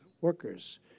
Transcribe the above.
workers